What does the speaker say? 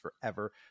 forever